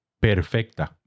perfecta